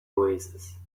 oasis